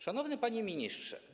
Szanowny Panie Ministrze!